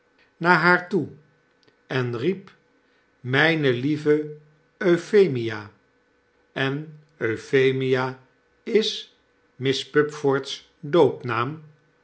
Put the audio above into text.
naar haar toe en riep myne lieve euphemia i en euphemia is miss pupford's doopnaam